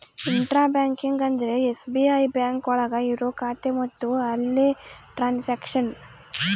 intra banking ಅಂದ್ರೆ SBI bank ಒಳಗ ಇರೋ ಖಾತೆ ಮತ್ತು ಅಲ್ಲೇ ಟ್ರನ್ಸ್ಯಾಕ್ಷನ್